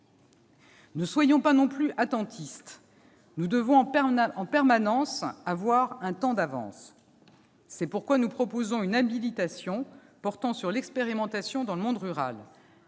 Ne soyons pas non plus attentistes ! Nous devons avoir en permanence un temps d'avance. C'est pourquoi nous proposons une habilitation portant sur l'expérimentation dans le monde rural.